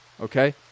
Okay